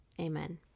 Amen